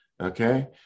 okay